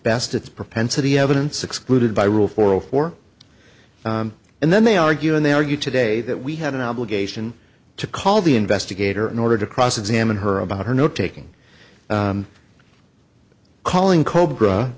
best it's propensity evidence excluded by rule for all four and then they argue and they argue today that we have an obligation to call the investigator in order to cross examine her about her no taking calling cobra